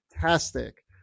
fantastic